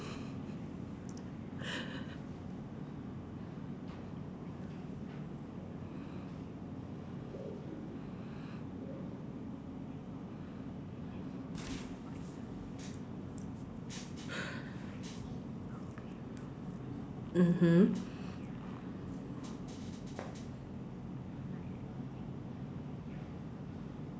mmhmm